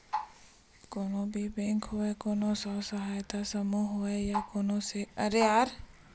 कोनो भी बेंक होवय कोनो स्व सहायता समूह होवय या कोनो सेठ साहूकार होवय जब ओहा करजा देथे म बियाज जोड़बे करथे